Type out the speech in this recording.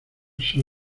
son